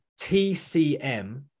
TCM